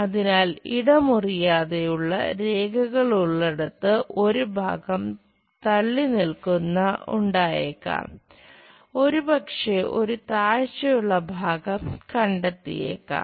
അതിനാൽ ഇടമുറിയാതെയുള്ള രേഖകൾ ഉള്ളിടത്ത് ഒരു തള്ളിനിൽക്കുന്ന ഭാഗം ഉണ്ടായേക്കാം ഒരുപക്ഷെ ഒരു താഴ്ചയുള്ള ഭാഗം കണ്ടെത്തിയേക്കാം